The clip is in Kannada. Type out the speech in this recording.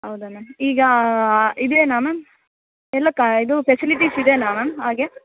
ಹೌದಾ ಮ್ಯಾಮ್ ಈಗ ಇದೇನಾ ಮ್ಯಾಮ್ ಎಲ್ಲ ಕ ಇದು ಫೆಸಿಲಿಟೀಸ್ ಇದೇನಾ ಮ್ಯಾಮ್ ಹಾಗೆ